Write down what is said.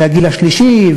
והגיל השלישי,